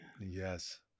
yes